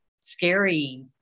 scary